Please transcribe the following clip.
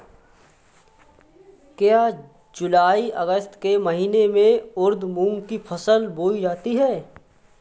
क्या जूलाई अगस्त के महीने में उर्द मूंग की फसल बोई जाती है?